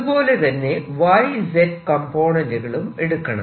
ഇതുപോലെ തന്നെ Y Z കംപോണന്റുകളും എടുക്കണം